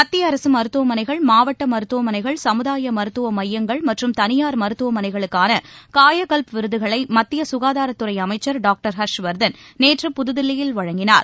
மத்திய அரசு மருத்துவமனைகள் மாவட்ட மருத்துவமனைகள் சமுதாய மருத்துவ மையங்கள் மற்றும் தனியார் மருத்துவமனைகளுக்கான காயகல்ப் விருதுகளை மத்திய ககாதாரத் துறை அமைச்சர் டாக்டர் ஹர்ஷ்வர்தன் நேற்று புதுதில்லியில் வழங்கினார்